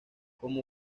como